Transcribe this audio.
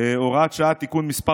(הוראת שעה) (תיקון מס'